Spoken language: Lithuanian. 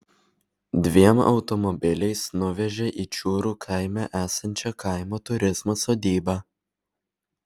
dviem automobiliais nuvežė į čiūrų kaime esančią kaimo turizmo sodybą